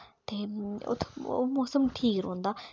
ते ओह् मौसम ठीक रौंह्दा